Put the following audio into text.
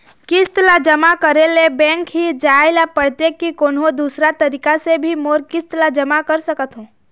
किस्त ला जमा करे ले बैंक ही जाए ला पड़ते कि कोन्हो दूसरा तरीका से भी मोर किस्त ला जमा करा सकत हो?